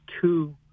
two